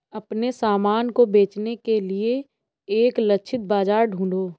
अपने सामान को बेचने के लिए एक लक्षित बाजार ढूंढो